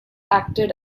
acted